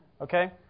Okay